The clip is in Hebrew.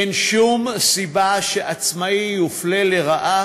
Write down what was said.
אין שום סיבה שעצמאי יופלה לרעה